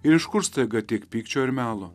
ir iš kur staiga tiek pykčio ir melo